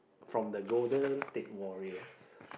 from the golden state warriors